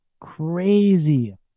crazy